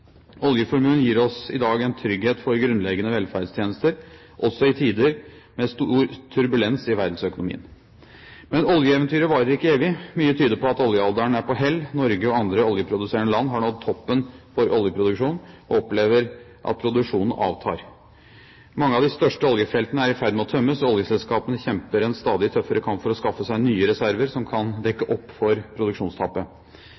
Oljeformuen gir oss i dag en trygghet for grunnleggende velferdstjenester, også i tider med stor turbulens i verdensøkonomien. Men oljeeventyret varer ikke evig. Mye tyder på at oljealderen er på hell. Norge og andre oljeproduserende land har nådd toppen for oljeproduksjon og opplever at produksjonen avtar. Mange av de største oljefeltene er i ferd med å tømmes, og oljeselskapene kjemper en stadig tøffere kamp for å skaffe seg nye reserver som kan